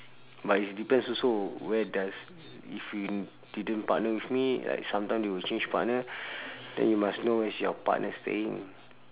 but it's depends also where does if you didn't partner with me like sometime they will change partner then you must know where's your partner staying